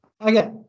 Okay